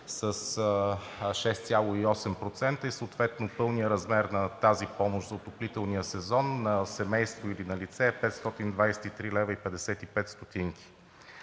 с 6,8% и съответно пълният размер на тази помощ за отоплителния сезон на семейство или на лице е 523,55 лв.